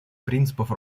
принципов